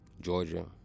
Georgia